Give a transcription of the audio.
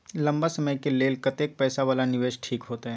लंबा समय के लेल कतेक पैसा वाला निवेश ठीक होते?